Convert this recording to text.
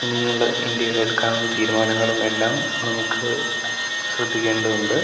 ഇനിയുള്ള ഇന്ത്യ എടുക്കാവുന്ന തീരുമാനങ്ങളും എല്ലാം നമുക്ക് ശ്രദ്ധിക്കേണ്ടതുണ്ട്